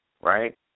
right